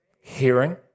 Hearing